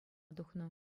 тухнӑ